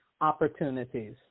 opportunities